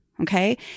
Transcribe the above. Okay